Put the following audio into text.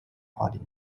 party